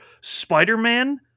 Spider-Man